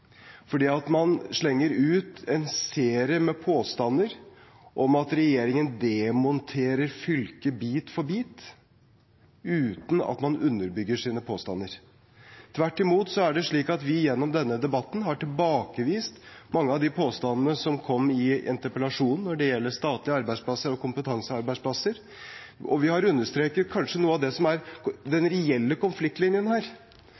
fordi man slenger ut en serie med påstander om at regjeringen demonterer fylket bit for bit, uten at man underbygger sine påstander. Tvert imot er det slik at vi gjennom denne debatten har tilbakevist mange av de påstandene som kom i interpellasjonen når det gjelder statlige arbeidsplasser og kompetansearbeidsplasser, og vi har understreket noe av det som kanskje er den reelle konfliktlinjen her: